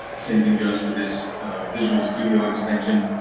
same thing goes for this visual studio extension